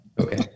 Okay